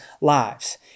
lives